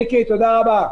מיקי, תודה רבה.